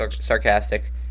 sarcastic